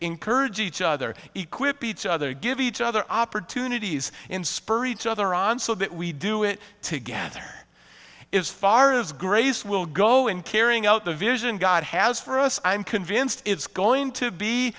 encourage each other equip each other give each other opportunities in spur each other on so that we do it together is far is grace will go in carrying out the vision god has for us i'm convinced it's going to be